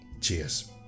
cheers